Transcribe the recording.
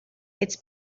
it’s